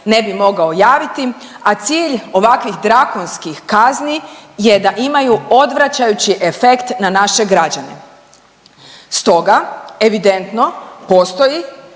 ne bi mogao javiti, a cilj ovakvih drakonskih kazni je da imaju odvraćajući efekt na naše građane. Stoga, evidentno postoji